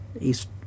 East